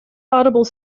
audible